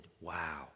Wow